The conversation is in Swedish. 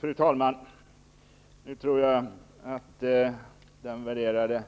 Fru talman! Nu tror jag att den värderade